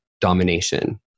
Domination